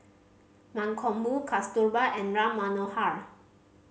Mankombu Kasturba and Ram Manohar